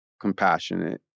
compassionate